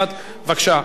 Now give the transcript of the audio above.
חבר הכנסת שנאן,